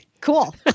Cool